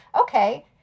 okay